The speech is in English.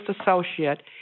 associate